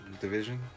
Division